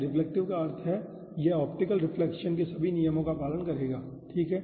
reflective का अर्थ है कि यह ऑप्टिकल रिफ्लेक्शन के सभी नियमों का पालन करेगा ठीक है